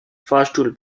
fahrstuhl